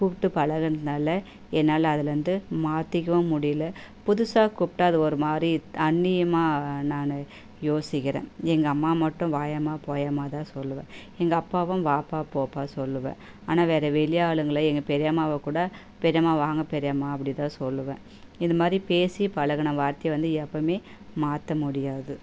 கூப்பிட்டு பழகுனதுனால என்னால் அதில் வந்து மாற்றிக்கவும் முடியல புதுசாக கூப்பிட்டா அது ஒரு மாதிரி அந்நியமாக நான் யோசிக்கிறேன் எங்கள் அம்மாவை மட்டும் வாயேம்மா போயேம்மா தான் சொல்லுவேன் எங்கள் அப்பாவும் வாப்பா போப்பா சொல்லுவேன் ஆனால் வேறே வெளி ஆளுங்களை எங்கள் பெரியம்மாவை கூட பெரியம்மா வாங்க பெரியம்மா அப்படி தான் சொல்லுவேன் இது மாதிரி பேசி பழகுன வார்த்தையை வந்து எப்போவும் மாற்ற முடியாது